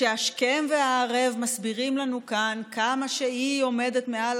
שהשכם והערב מסבירים לנו כאן כמה היא עומדת מעל